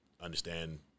understand